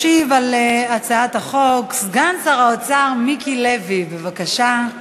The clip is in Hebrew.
ישיב על הצעת החוק סגן שר האוצר מיקי לוי, בבקשה,